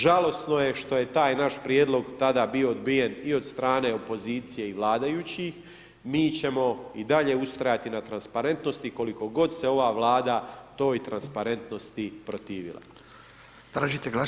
Žalosno što je taj naš prijedlog tada bio odbijen i od strane opozicije i vladajućih, mi ćemo i dalje ustrajati na transparentnosti koliko god se ova Vlada toj transparentnosti protivila.